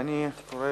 אני קורא